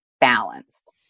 balanced